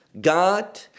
god